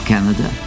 Canada